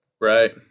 Right